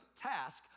task